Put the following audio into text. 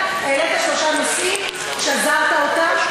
שהעלית, העלית שלושה נושאים, שזרת אותם.